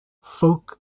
folk